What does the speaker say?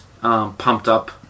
pumped-up